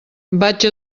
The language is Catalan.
vaig